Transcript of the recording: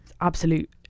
Absolute